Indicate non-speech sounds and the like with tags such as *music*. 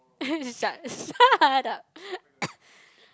*laughs* shut shut up *coughs*